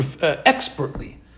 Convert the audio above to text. expertly